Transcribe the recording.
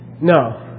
No